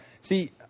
See